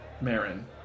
Marin